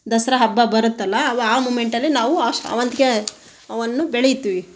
ದಸ್ರಾ ಹಬ್ಬ ಬರುತ್ತಲ್ಲ ಅವು ಆ ಮೂಮೆಂಟಲ್ಲಿ ನಾವು ಆ ಸೇವಂತ್ಗೆ ಅವನ್ನು ಬೆಳಿತೀವಿ